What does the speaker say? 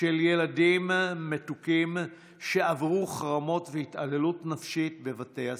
של ילדים מתוקים שעברו חרמות והתעללות נפשית בבתי הספר.